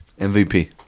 MVP